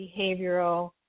behavioral